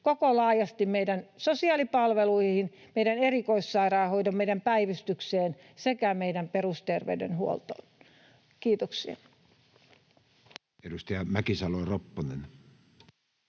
meidän sosiaalipalveluihin, meidän erikoissairaanhoitoon, meidän päivystyksiin sekä meidän perusterveydenhuoltoon. — Kiitoksia.